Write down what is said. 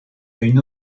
une